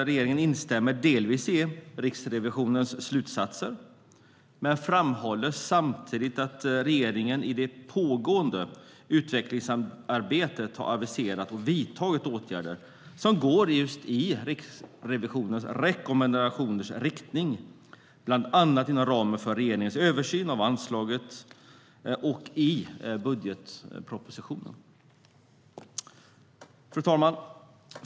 Regeringen instämmer delvis i Riksrevisionens slutsatser, men regeringen framhåller samtidigt att man i det pågående utvecklingsarbetet har aviserat och vidtagit åtgärder som går just i Riksrevisionens rekommendationers riktning, bland annat inom ramen för regeringens översyn av anslaget och i budgetpropositionen. Fru talman!